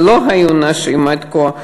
ולא היו נשים עד כה,